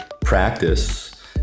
practice